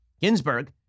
Ginsburg